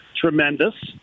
tremendous